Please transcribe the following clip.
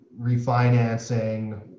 refinancing